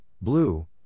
blue